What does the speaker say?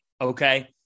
Okay